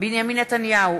בנימין נתניהו,